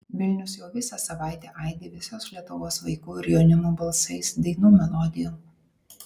vilnius jau visą savaitę aidi visos lietuvos vaikų ir jaunimo balsais dainų melodijom